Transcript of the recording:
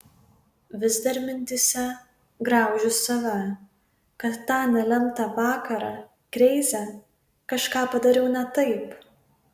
vis dar mintyse graužiu save kad tą nelemtą vakarą kreize kažką padariau ne taip